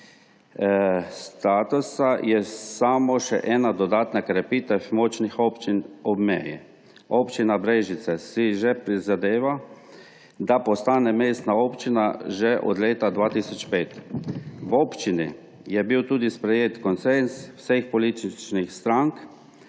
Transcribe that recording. statusa je samo še ena dodatna krepitev močnih občin ob meji. Občina Brežice si prizadeva, da postane mestna občina, že od leta 2005. V občini je bil tudi sprejet konsenz vseh političnih strank,